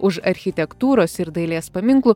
už architektūros ir dailės paminklų